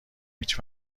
هیچ